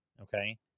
okay